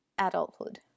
adulthood